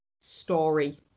story